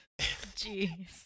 Jeez